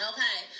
Okay